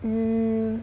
mm